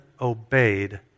obeyed